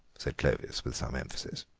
said clovis with some emphasis.